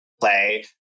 play